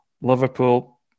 Liverpool